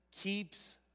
keeps